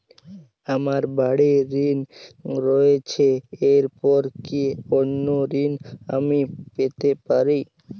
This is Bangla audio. আমার বাড়ীর ঋণ রয়েছে এরপর কি অন্য ঋণ আমি পেতে পারি?